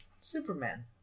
Superman